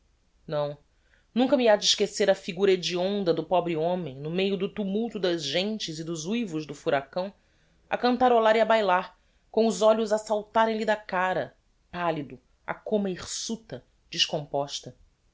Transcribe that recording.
não nunca me ha de esquecer a figura hedionda do pobre homem no meio do tumulto das gentes e dos uivos do furacão a cantarolar e a bailar com os olhos a saltarem lhe da cara pallido a coma hirsuta descomposta